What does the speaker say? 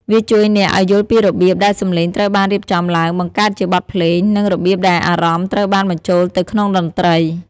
វាជួយអ្នកឱ្យយល់ពីរបៀបដែលសំឡេងត្រូវបានរៀបចំឡើង បង្កើតជាបទភ្លេង និងរបៀបដែលអារម្មណ៍ត្រូវបានបញ្ចូលទៅក្នុងតន្ត្រី។